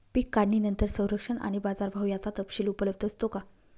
पीक काढणीनंतर संरक्षण व बाजारभाव याचा तपशील उपलब्ध असतो का?